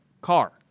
car